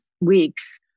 weeks